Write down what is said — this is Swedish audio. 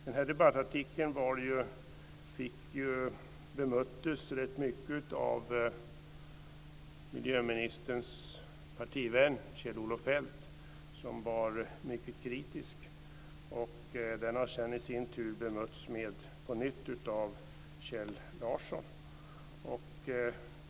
Den här debattartikeln bemöttes i rätt mycket av miljöministerns partivän Kjell-Olof Feldt, som var mycket kritisk. Dennes artikel har sedan i sin tur bemötts på nytt av Kjell Larsson.